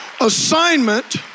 assignment